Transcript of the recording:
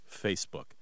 Facebook